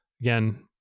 Again